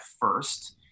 first